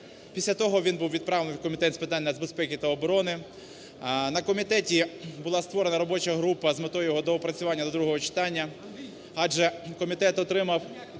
Після того він був відправлений у Комітет з питань нацбезпеки та оборони. На комітеті була створена робоча група з метою його доопрацювання до другого читання, адже комітет отримав